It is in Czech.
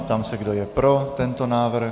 Ptám se, kdo je pro tento návrh.